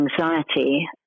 anxiety